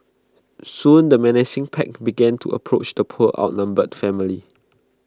soon the menacing pack began to approach the poor outnumbered family